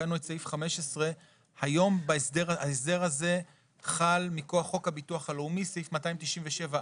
תיקנו את סעיף 15. היום ההסדר הזה חל מכוח חוק הביטוח הלאומי סעיף 297א,